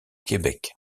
québec